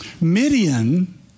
Midian